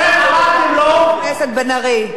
חבר הכנסת בן-ארי,